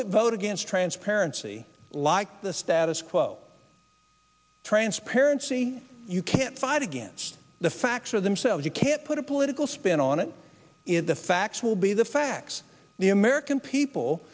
that against transparency like the status quo transparency you can't fight against the facts for themselves you can't put a political spin on it the facts will be the facts the american people